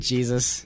Jesus